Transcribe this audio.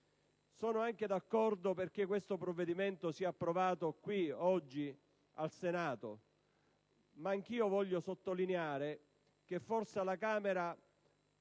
Sono anche d'accordo a che questo provvedimento sia approvato qui oggi, al Senato, ma anch'io voglio sottolineare che forse alla Camera